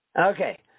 Okay